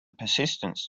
persistence